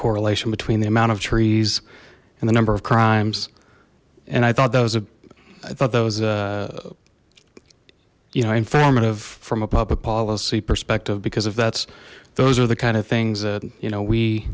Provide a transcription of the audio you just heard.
correlation between the amount of trees and the number of crimes and i thought that was a i thought that was you know informative from a public policy perspective because if that's those are the kind of things that you know we